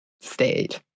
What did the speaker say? stayed